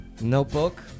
Notebook